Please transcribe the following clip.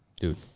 Dude